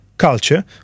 Culture